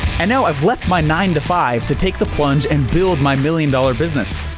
and now i've left my nine to five to take the plunge and build my million dollar business.